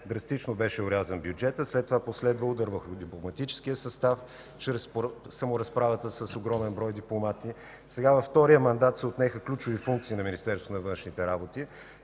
драстично беше орязан бюджета, след това последва удар върху дипломатическия състав чрез саморазправата с огромен брой дипломати. Сега, във втория мандат, се отнеха ключови функции на